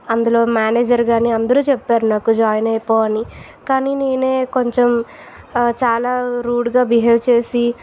అందులో మేనేజర్ కానీ అందరు చెప్పారు నాకు జాయినైపో అని కానీ నేనే కొంచెం చాలా రూడుగా బిహెవ్ చేసి